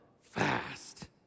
fast